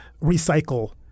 recycle